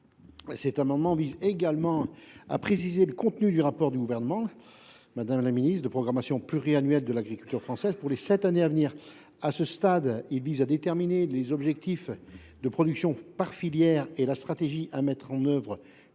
Cet amendement vise à préciser le contenu du rapport du Gouvernement qui présentera une programmation pluriannuelle de l’agriculture française pour les sept années à venir. À ce stade, ce rapport tend à déterminer les objectifs de production par filière et la stratégie à mettre en œuvre